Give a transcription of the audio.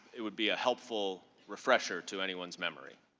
it would be a helpful refresher to anyone's memory.